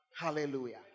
Hallelujah